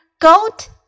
goat